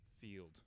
field